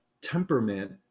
temperament